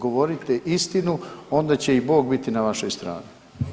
Govorite istinu onda će i Bog biti na vašoj strani.